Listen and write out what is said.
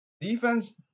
Defense